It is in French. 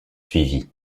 suivit